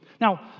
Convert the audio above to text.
Now